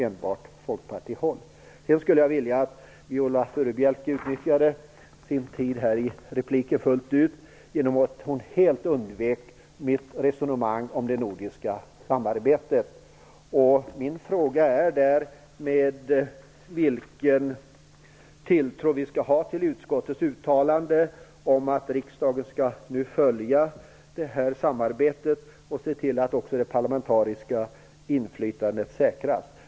Jag skulle vilja att Viola Furubjelke utnyttjade hela den tid hon har till förfogande i nästa replik. Hon undvek tidigare helt mitt resonemang om det nordiska samarbetet. Min fråga är vilken tilltro vi skall ha till utskottets uttalande om att riksdagen nu skall följa det samarbetet och se till att det parlamentariska inflytandet säkras.